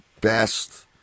best